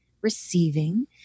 receiving